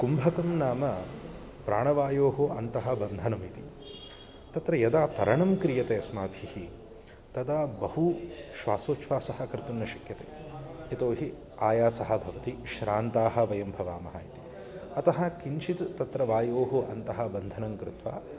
कुम्भकं नाम प्राणवायोः अन्तः बन्धनमिति तत्र यदा तरणं क्रियते अस्माभिः तदा बहु श्वासोछ्वासः कर्तुं न शक्यते यतो हि आयासः भवति श्रान्ताः वयं भवामः इति अतः किञ्चित् तत्र वायोः अन्तः बन्धनं कृत्वा